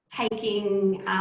taking